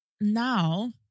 now